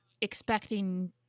expecting